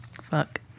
fuck